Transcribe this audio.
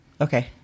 Okay